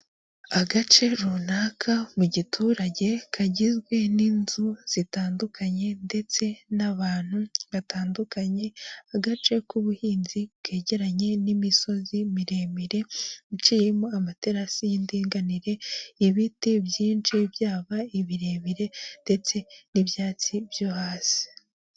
Agace runaka mu giturage kagizwe n'inzu zitandukanye ndetse n'abantu batandukanye, agace k'ubuhinzi kegeranye n'imisozi miremire, iciyeho amaterasi y'indinganire, ibiti byinshi byaba ibirebire ndetse n'ibyatsi byo hasi.